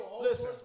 Listen